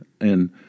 and